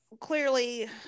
clearly